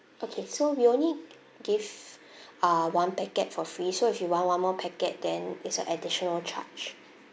okay so we only give uh one packet for free so if you want one more packet then it's an additional charge